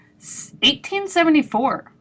1874